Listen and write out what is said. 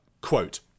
quote